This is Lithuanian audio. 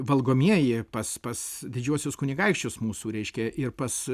valgomieji pas pas didžiuosius kunigaikščius mūsų reiškia ir pas